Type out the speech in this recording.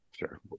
Sure